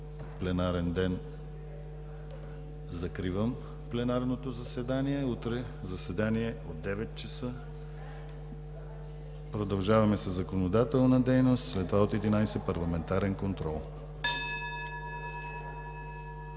пленарен ден, закривам пленарното заседание. Утре заседанието е от 9,00 ч. Продължаваме със законодателна дейност, след това от 11,00 ч. – Парламентарен контрол.